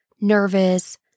nervous